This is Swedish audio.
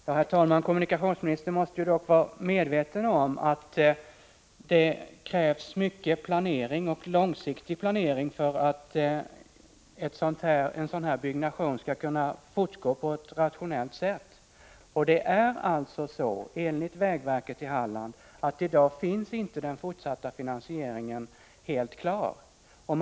Herr talman! Kommunikationsministern måste dock vara medveten om att det krävs mycket planering och även långsiktig planering för att ett sådant här vägbygge skall kunna fortgå på ett rationellt sätt. Det är alltså så, enligt Vägverket i Halland, att den fortsatta finansieringen i dag inte finns helt klar.